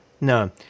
No